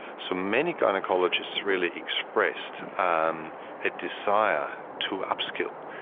so, many gynaecologists really expressed um a desire to up-skill,